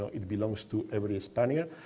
it belongs to every spaniard.